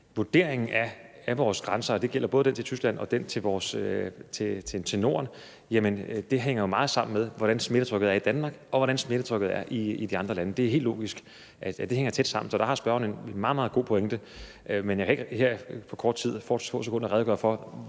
vurderingen af vores grænser, og det gælder både den til Tyskland og den til Norden, hænger meget sammen med, hvordan smittetrykket er i Danmark, og hvordan smittetrykket er i de andre lande. Det er helt logisk, at det hænger tæt sammen, så der har spørgeren en meget, meget god pointe. Men jeg kan ikke på så kort tid, så få sekunder, redegøre for,